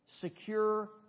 secure